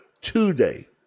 today